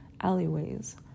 alleyways